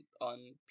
on